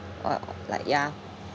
well like ya